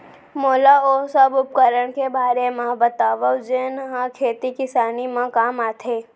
मोला ओ सब उपकरण के बारे म बतावव जेन ह खेती किसानी म काम आथे?